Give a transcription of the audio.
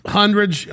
hundreds